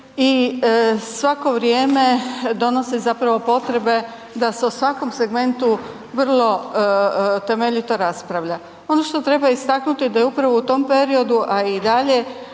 i svako vrijeme donosi zapravo potrebe da se o svakom segmentu vrlo temeljito raspravlja. Ono što treba istaknuti da je upravo u tom periodu, a i dalje,